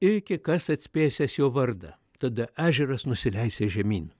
iki kas atspėsiąs jo vardą tada ežeras nusileisiąs žemyn